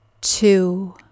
two